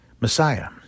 Messiah